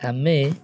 ଆମେ